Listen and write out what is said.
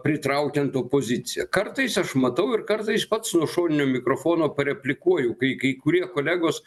pritraukiant opoziciją kartais aš matau ir kartais pats nuo šoninio mikrofono pareplikuoju kai kai kurie kolegos